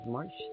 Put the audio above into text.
March